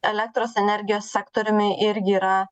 elektros energijos sektoriumi irgi yra